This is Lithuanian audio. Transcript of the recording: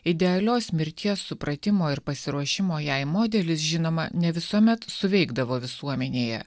idealios mirties supratimo ir pasiruošimo jai modelis žinoma ne visuomet suveikdavo visuomenėje